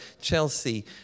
Chelsea